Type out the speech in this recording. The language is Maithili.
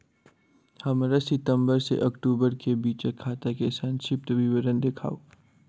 हमरा सितम्बर सँ अक्टूबर केँ बीचक खाता केँ संक्षिप्त विवरण देखाऊ?